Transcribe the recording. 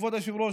כבוד היושב-ראש,